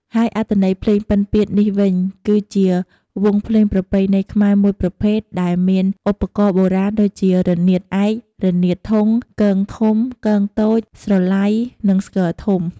ហើយអត្ថន័យភ្លេងពិណពាទ្យនេះវិញ គឺជាវង់ភ្លេងប្រពៃណីខ្មែរមួយប្រភេទដែលមានឧបករណ៍បុរាណដូចជា រនាតឯក រនាតធុង គងធំ គងតូច ស្រឡៃ និងស្គរធំ។